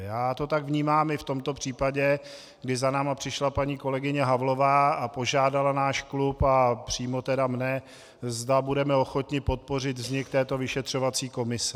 Já to tak vnímám i v tomto případě, kdy za námi přišla paní kolegyně Havlová a požádala náš klub, a přímo tedy mě, zda budeme ochotni podpořit vznik této vyšetřovací komise.